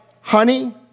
honey